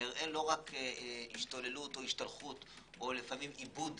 נראה לא רק השתוללות או השתלחות או לעיתים איבוד